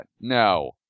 No